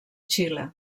xile